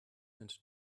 and